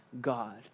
God